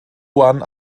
juan